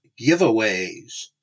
giveaways